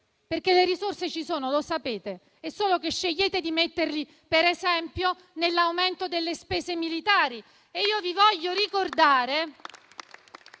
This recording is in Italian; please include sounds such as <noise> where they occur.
perché le risorse ci sono e lo sapete; è solo che scegliete di metterle, per esempio, nell'aumento delle spese militari. <applause> Io vi voglio ricordare